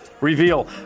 Reveal